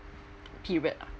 period ah